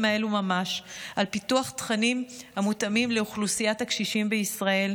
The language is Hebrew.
אלו ממש על פיתוח תכנים המותאמים לאוכלוסיית הקשישים בישראל,